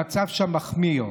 המצב שם מחמיר.